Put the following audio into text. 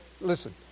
Listen